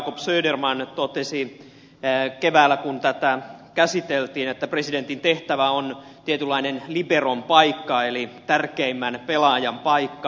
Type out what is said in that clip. jakob söderman totesi keväällä kun tätä käsiteltiin että presidentin tehtävä on tietynlainen liberon paikka eli tärkeimmän pelaajan paikka